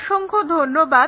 অসংখ্য ধন্যবাদ